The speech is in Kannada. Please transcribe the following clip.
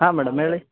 ಹಾಂ ಮೇಡಮ್ ಹೇಳಿ